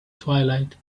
twilight